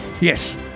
yes